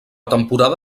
temporada